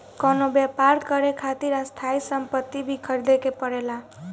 कवनो व्यापर करे खातिर स्थायी सम्पति भी ख़रीदे के पड़ेला